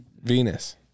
Venus